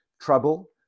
Trouble